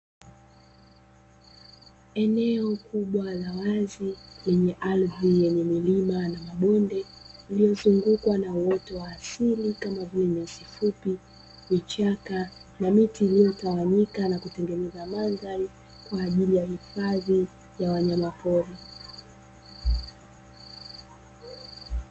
Eneo kubwa la wazi lenye ardi yenye milima na mabonde iliyozungukwa na uoto wa asili kama vile nyasi fupi, vichaka na miti ilyotawanyika, na kutengeneza mandhari kwa ajili ya wanyama pori.